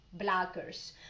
blockers